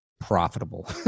profitable